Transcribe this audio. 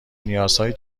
نیازهای